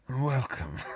welcome